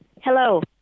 Hello